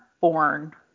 born